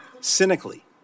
cynically